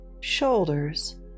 Shoulders